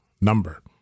number